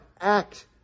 Act